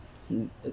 mm